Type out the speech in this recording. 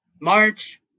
march